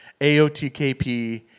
AOTKP